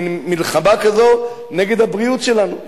מין מלחמה כזאת נגד הבריאות שלנו.